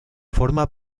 forma